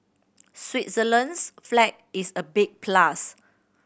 Switzerland's flag is a big plus